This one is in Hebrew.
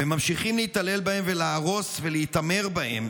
וממשיכים להתעלל בהם ולהרוס ולהתעמר בהם.